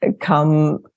come